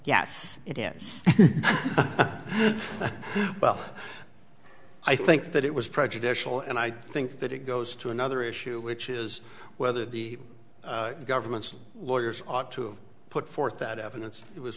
yes it is but i think that it was prejudicial and i think that it goes to another issue which is whether the government's lawyers ought to put forth that evidence